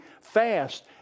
fast